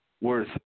worth